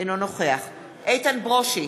אינו נוכח איתן ברושי,